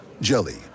Jelly